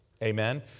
amen